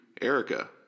Erica